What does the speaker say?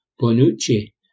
Bonucci